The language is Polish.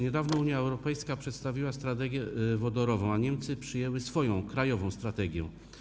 Niedawno Unia Europejska przedstawiła strategię wodorową, a Niemcy przyjęły swoją, krajową strategię.